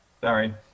Sorry